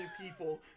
people